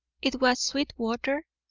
it was sweetwater,